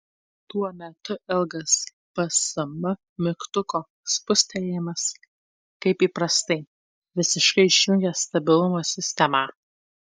tuo metu ilgas psm mygtuko spustelėjimas kaip įprastai visiškai išjungia stabilumo sistemą